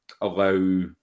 allow